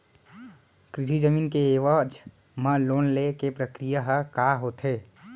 कृषि जमीन के एवज म लोन ले के प्रक्रिया ह का होथे?